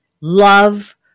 love